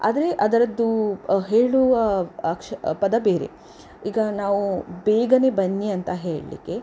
ಆದರೆ ಅದರದ್ದು ಹೇಳುವ ಅಕ್ಷ ಪದ ಬೇರೆ ಈಗ ನಾವು ಬೇಗನೇ ಬನ್ನಿ ಅಂತ ಹೇಳಲಿಕ್ಕೆ